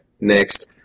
next